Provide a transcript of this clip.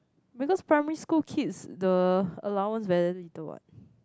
because primary school kids the allowance very little what